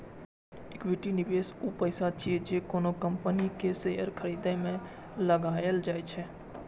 equity निवेश ऊ पैसा छियै, जे कोनो कंपनी के शेयर खरीदे मे लगाएल जाइ छै